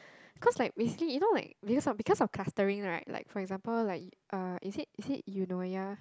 cause like basically you know like because of because of clustering right like for example like uh is it is it Eunoia